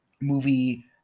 movie